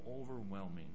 overwhelming